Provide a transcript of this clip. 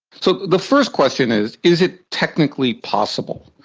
so the first question is is it technically possible?